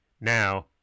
now